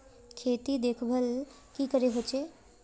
खेतीर देखभल की करे होचे?